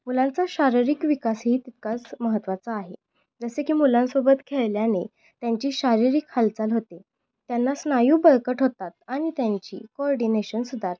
मुलांचा शारीरिक विकासही तितकाच महत्त्वाचा आहे जसे की मुलांसोबत खेळल्याने त्यांची शारीरिक हालचाल होते त्यांना स्नायू बळकट होतात आणि त्यांची कोऑर्डिनेशन सुधारते